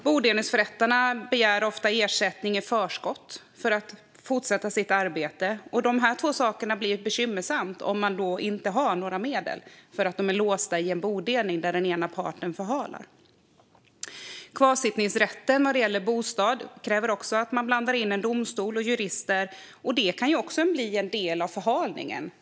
Bodelningsförrättarna begär ofta ersättning i förskott för sitt arbete. Dessa två saker blir bekymmersamma om man inte har några medel på grund av att de är låsta i en bodelning där den ena parten förhalar. Kvarsittningsrätten när det gäller bostad kräver också att man blandar in domstol och jurister, och det kan också bli del av förhalningen.